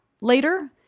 later